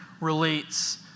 relates